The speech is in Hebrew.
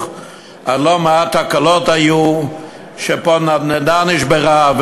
היו לא מעט תקלות פה נדנדה נשברה,